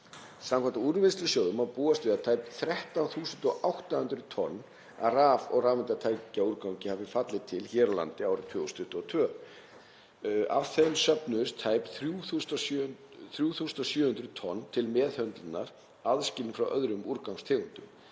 Samkvæmt Úrvinnslusjóði má búast við að tæp 13.800 tonn af raf- og rafeindatækjaúrgangi hafi fallið til hér á landi árið 2022. Af þeim söfnuðust tæp 3.700 tonn til meðhöndlunar aðskilin frá öðrum úrgangstegundum.